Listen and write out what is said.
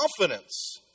confidence